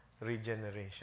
regeneration